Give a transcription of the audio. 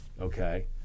okay